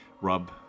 rub